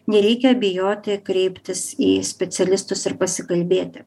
nereikia bijoti kreiptis į specialistus ir pasikalbėti